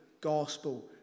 gospel